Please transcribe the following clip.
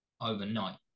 overnight